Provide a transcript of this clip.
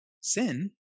sin